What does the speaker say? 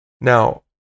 Now